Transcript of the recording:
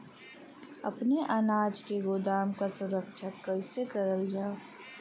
अपने अनाज के गोदाम क सुरक्षा कइसे करल जा?